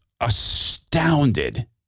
astounded